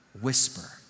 whisper